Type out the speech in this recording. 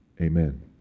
Amen